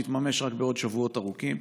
היא תתממש בעוד שבועות ארוכים.